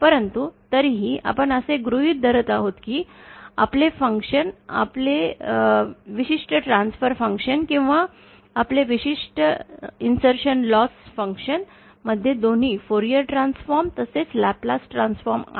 परंतु तरीही आपण असे गृहीत धरत आहोत की आपले फंक्शन् आपले विशिष्ट ट्रांसफ़र फंक्शन् किंवा आपले विशिष्ट इन्सर्शन लॉस फंक्शन मध्ये दोन्ही फूरियर ट्रान्सफॉर्म तसेच लॅपलेस ट्रान्सफॉर्म आहेत